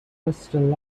western